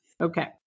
Okay